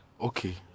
Okay